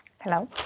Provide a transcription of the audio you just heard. Hello